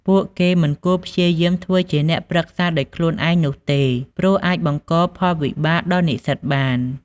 ពួកគេមិនគួរព្យាយាមធ្វើជាអ្នកប្រឹក្សាដោយខ្លួនឯងនោះទេព្រោះអាចបង្កផលវិបាកដល់និស្សិតបាន។